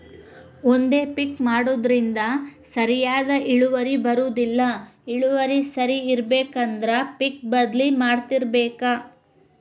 ಒಂದೇ ಪಿಕ್ ಮಾಡುದ್ರಿಂದ ಸರಿಯಾದ ಇಳುವರಿ ಬರುದಿಲ್ಲಾ ಇಳುವರಿ ಸರಿ ಇರ್ಬೇಕು ಅಂದ್ರ ಪಿಕ್ ಬದ್ಲಿ ಮಾಡತ್ತಿರ್ಬೇಕ